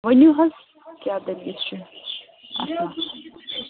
ؤنِو حظ کیٛاہ دٔلیٖل چھےٚ اچھا